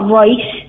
right